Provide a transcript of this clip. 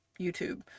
YouTube